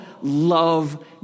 love